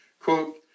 Quote